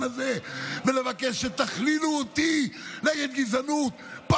הזה ולבקש שתכלילו אותי נגד גזענות פה,